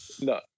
No